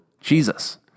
Jesus